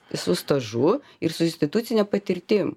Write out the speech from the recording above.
su stažu ir su institucine patirtim